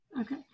Okay